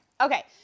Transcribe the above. Okay